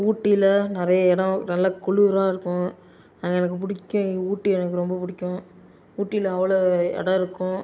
ஊட்டியில் நிறைய இடம் நல்ல குளிராக இருக்கும் அங்கே எனக்கு பிடிக்கும் ஊட்டி எனக்கு ரொம்ப பிடிக்கும் ஊட்டியில் அவ்வளோ இடம் இருக்கும்